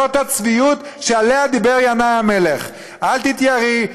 זאת הצביעות שעליה דיבר ינאי המלך: אל תתייראי,